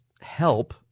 help